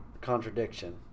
contradiction